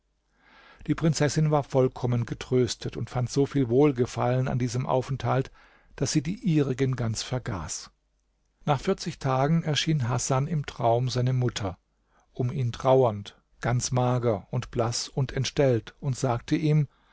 die prinzessin war vollkommen getröstet und fand so viel wohlgefallen an diesem aufenthalt daß sie die ihrigen ganz vergaß nach vierzig tagen erschien hasan im traum seine mutter um ihn trauernd ganz mager und blaß und entstellt und sagte ihm